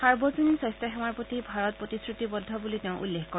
সাৰ্বজনীন স্বাস্থ্য সেৱাৰ প্ৰতি ভাৰত প্ৰতিশ্ৰুতিবদ্ধ বুলিও তেওঁ উল্লেখ কৰে